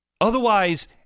Otherwise